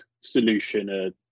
solution